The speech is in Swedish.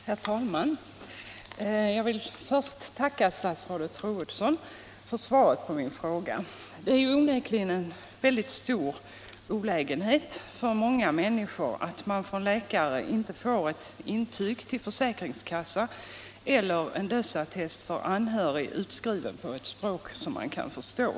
Herr talman! Jag vill först tacka statsrådet Troedsson för svaret på min fråga. Det är onekligen en mycket stor olägenhet för många människor att från läkare inte få ett intyg till försäkringskassan eller en dödsattest för anhörig utskriven på ett språk som man kan förstå.